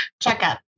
checkup